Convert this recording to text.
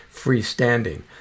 freestanding